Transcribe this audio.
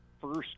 first